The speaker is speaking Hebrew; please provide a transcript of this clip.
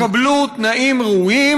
אני רוצה שוטרים שיקבלו תנאים ראויים,